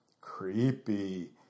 Creepy